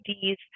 Ds